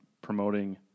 promoting